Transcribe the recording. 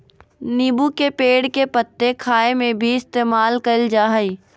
नींबू के पेड़ के पत्ते खाय में भी इस्तेमाल कईल जा हइ